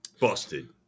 Busted